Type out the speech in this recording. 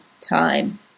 time